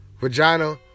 vagina